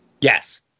Yes